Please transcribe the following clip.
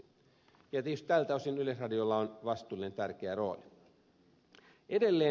tietysti tältä osin yleisradiolla on vastuullinen ja tärkeä rooli